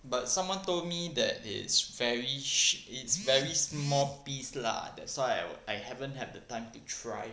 but someone told me that is very sh~ it's very small piece lah that's why I wi~ I haven't have the time to try